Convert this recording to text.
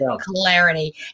clarity